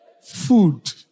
food